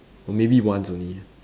or maybe once only